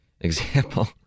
example